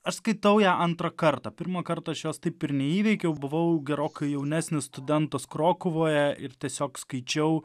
aš skaitau ją antrą kartą pirmą kartą aš jos taip ir neįveikiau buvau gerokai jaunesnis studentas krokuvoje ir tiesiog skaičiau